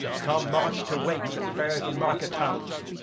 come, march to wakes and fairs and market towns.